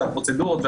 הפרוצדורות,